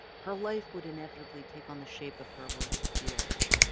her life would inevitably take on the shape of her worst fears.